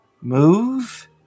move